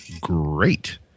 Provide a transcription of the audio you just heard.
great